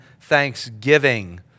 thanksgiving